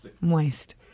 Moist